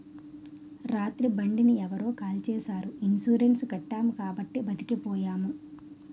రాత్రి బండిని ఎవరో కాల్చీసారు ఇన్సూరెన్సు కట్టాము కాబట్టి బతికిపోయాము